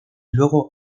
luego